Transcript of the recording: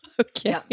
Okay